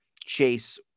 Chase